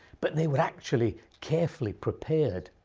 but they were actually carefully prepared.